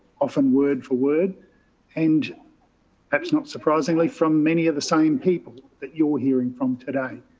often word for word and perhaps not surprisingly from many of the same people that you're hearing from today.